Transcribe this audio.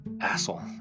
Asshole